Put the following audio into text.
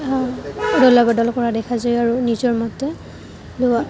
অদলা বদলা কৰা দেখা যায় আৰু নিজৰ মতে